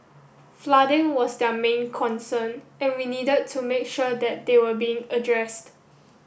flooding was their main concern and we needed to make sure that still were being addressed